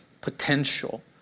potential